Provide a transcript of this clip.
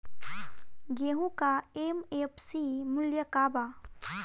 गेहू का एम.एफ.सी मूल्य का बा?